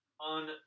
on